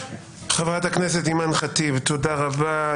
חברת הכנסת אימאן ח'טיב, תודה רבה.